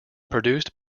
produced